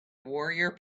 warrior